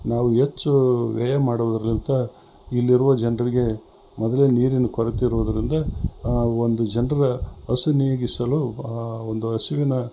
ನಾವು ಹೆಚ್ಚು ವ್ಯಯ ಮಾಡೋದ್ರಲಿಂತ ಇಲ್ಲಿರುವ ಜನರಿಗೆ ಮೊದಲೇ ನೀರಿನ ಕೊರತೆ ಇರುವುದರಿಂದ ಆ ಒಂದು ಜನರ ಹಸಿವು ನೀಗಿಸಲು ಒಂದು ಹಸಿವಿನ